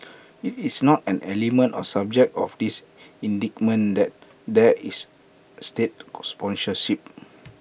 IT is not an element or subject of this indictment that there is state sponsorship